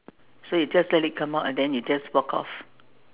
so you just let it come out and then you just walk off